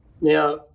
Now